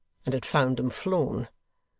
and had found them flown.